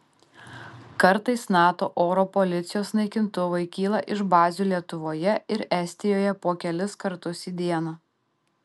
kartais nato oro policijos naikintuvai kyla iš bazių lietuvoje ir estijoje po kelis kartus į dieną